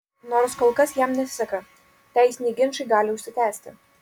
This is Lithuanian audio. nors kol kas jam nesiseka teisiniai ginčai gali užsitęsti